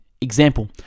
Example